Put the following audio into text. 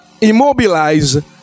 immobilize